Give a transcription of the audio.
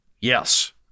Yes